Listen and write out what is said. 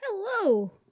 Hello